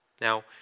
Now